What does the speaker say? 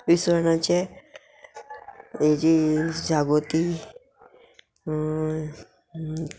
विसवणाचे हेजी शागोती